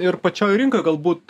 ir pačioj rinkoj galbūt